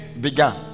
began